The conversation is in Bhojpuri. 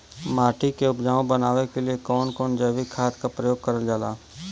माटी के उपजाऊ बनाने के लिए कौन कौन जैविक खाद का प्रयोग करल जाला?